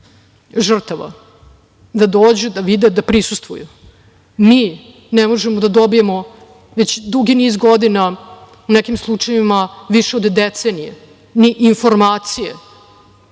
žrtava da dođu, da vide, da prisustvuju. Mi ne možemo da dobijemo već dugi niz godina, u nekim slučajevima više od decenije, ni informacije